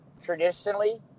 Traditionally